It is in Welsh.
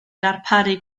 ddarparu